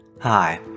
Hi